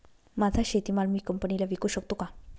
माझा शेतीमाल मी कंपनीला विकू शकतो का?